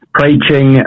preaching